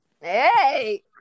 Hey